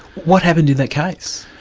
what happened in that case?